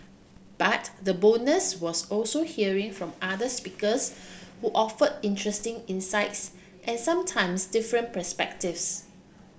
but the bonus was also hearing from other speakers who offered interesting insights and sometimes different perspectives